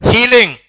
Healing